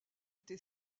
été